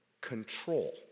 control